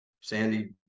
Sandy